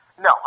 No